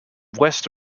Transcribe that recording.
west